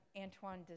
Antoine